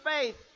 faith